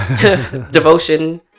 devotion